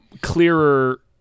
clearer